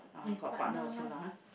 with partner lah